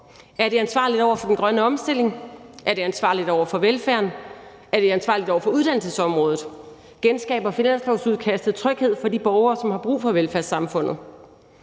Er det ansvarligt over for den grønne omstilling? Er det ansvarligt over for velfærden? Er det ansvarligt over for uddannelsesområdet? Genskaber finanslovsudkastet tryghed for de borgere, som har brug for velfærdssamfundet?